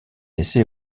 essai